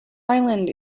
island